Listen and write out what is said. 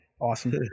Awesome